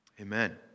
Amen